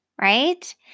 right